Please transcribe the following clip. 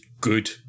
good